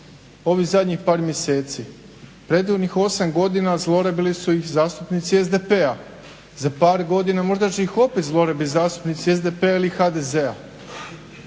ovih zadnjih mjeseci. Predivnih osam godina zlorabili su ih zastupnici SDP-a, za par godina možda će ih opet zlorabiti zastupnici SDP-a ili HDZ-a.